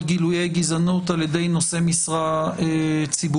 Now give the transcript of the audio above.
גילויי גזענות על ידי נושא משרה ציבורית,